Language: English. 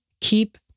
keep